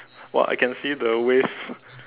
!wah! I can see the waves